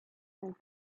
and